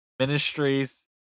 Ministries